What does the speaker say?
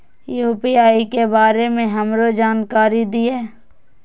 UPI के बारे में हमरो जानकारी दीय?